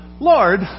Lord